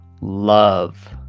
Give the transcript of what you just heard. love